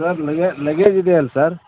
sir luggage ಇದೆಯಲ್ಲ sir